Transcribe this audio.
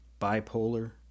bipolar